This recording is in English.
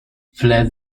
fled